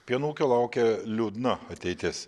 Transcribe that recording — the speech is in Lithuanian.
pieno ūkio laukia liūdna ateitis